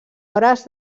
hores